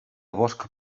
bosc